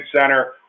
center